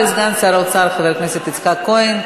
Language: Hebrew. תודה רבה לסגן שר האוצר חבר הכנסת יצחק כהן.